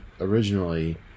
originally